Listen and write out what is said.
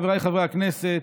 חבריי חברי הכנסת,